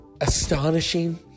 astonishing